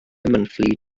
monthly